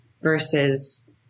versus